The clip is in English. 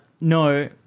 no